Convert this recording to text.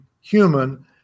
human